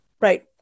Right